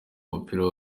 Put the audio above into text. umupira